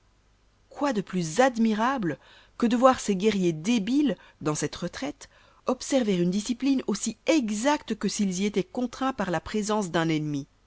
quoi de plus admirable que de voir ces guerriers débiles dans cette retraite observer une discipline aussi exacte que s'ils y étoient contraints par la présence d'un ennemi